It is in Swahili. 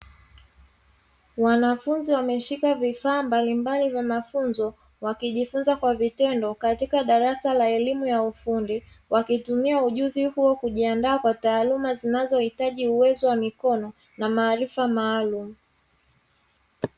Wanafunzi wameshika vifaa mbalimbali vya mafunzo wakijifunza kwa vitendo katika darasa la elimu ya ufundi, wakitumia ujuzi huo kujiandaa kwa taaluma zinazohitaji uwezo wa mikono na maarifa maalumu.